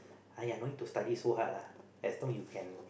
aiyah no need to study so hard lah as long you can